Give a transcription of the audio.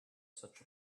such